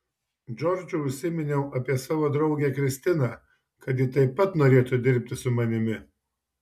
džordžui užsiminiau apie savo draugę kristiną kad ji taip pat norėtų dirbti su manimi